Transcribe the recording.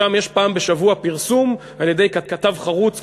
שם יש פעם בשבוע פרסום על-ידי כתב חרוץ,